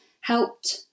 helped